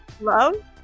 love